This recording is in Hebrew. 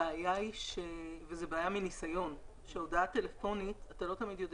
הבעיה היא שבהודעה טלפונית אתה לא תמיד יודע